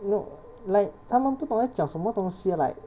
no like 他们不懂在讲什么东西的 like